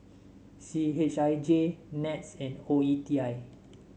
C H I J NETS and O E T I